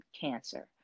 cancer